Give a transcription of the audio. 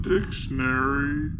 Dictionary